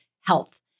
health